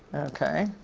okay.